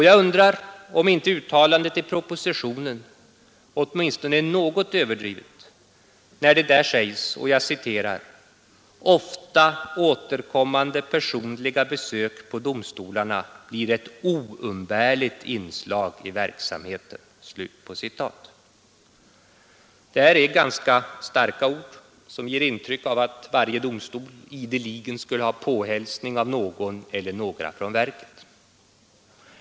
Jag undrar om inte uttalandet i propositionen är åtminstone något överdrivet när det där sägs att ”ofta återkommande personliga besök på domstolarna blir ett oumbärligt inslag i verksamheten”. Det är ganska starka ord som ger intryck av att varje domstol ideligen skulle ha påhälsning av någon eller några från verket.